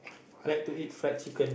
I like to eat fried chicken